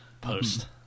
Post